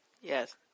Yes